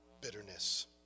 bitterness